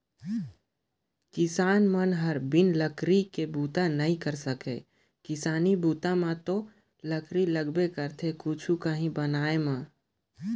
किसान मन हर बिन लकरी के बूता नइ कर सके किसानी बूता म तो लकरी लगबे करथे कुछु काही बनाय म